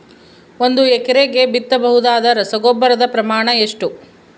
ಒಂದು ಎಕರೆಗೆ ಬಿತ್ತಬಹುದಾದ ರಸಗೊಬ್ಬರದ ಪ್ರಮಾಣ ಎಷ್ಟು?